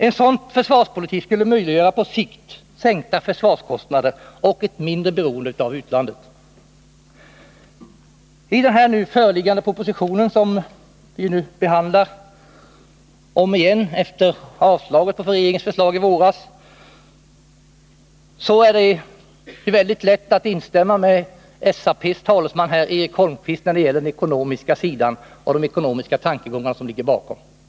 En sådan försvarspolitik skulle på sikt möjliggöra en sänkning av försvarskostnaderna och en minskning av beroendet av utlandet. Beträffande den proposition som vi nu på nytt behandlar, efter avslaget på propositionen i våras, är det mycket lätt att instämma med SAP:s talesman Eric Holmqvist när det gäller de ekonomiska tankegångar som ligger bakom propositionen.